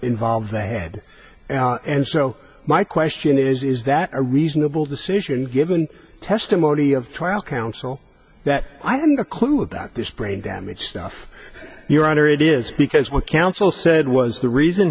involve the head and so my question is is that a reasonable decision given testimony of trial counsel that i and a clue about this brain damage stuff your honor it is because what counsel said was the reason